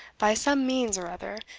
by some means or other,